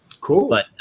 Cool